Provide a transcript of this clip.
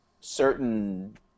certain